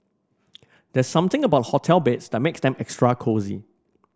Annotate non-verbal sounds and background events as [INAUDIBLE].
[NOISE] there's something about hotel beds that makes them extra cosy